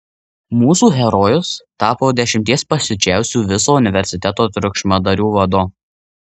mūsų herojus tapo dešimties pasiučiausių viso universiteto triukšmadarių vadu